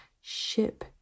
ship